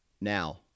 now